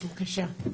ראשית,